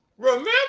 Remember